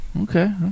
Okay